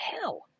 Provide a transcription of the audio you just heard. hell